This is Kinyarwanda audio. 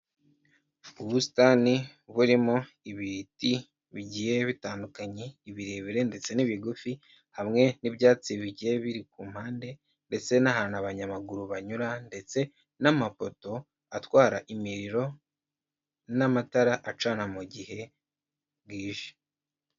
Ubusitani burimo ibiti bigiye bitandukanye ibirebire ndetse n'ibigufi hamwe n'ibyatsi bigiye biri ku mpande ndetse n'ahantu abanyamaguru banyura ndetse n'amapoto atwara imiriro n'amatara acana mu gihe bwije.